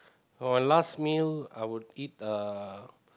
for a last meal I would eat uh